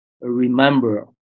remember